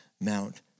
Mount